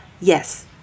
Yes